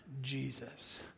Jesus